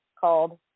called